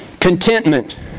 Contentment